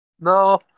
No